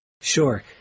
Sure